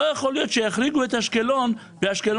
לא יכול להיות שיחריגו את אשקלון ואשקלון